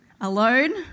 alone